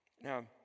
Now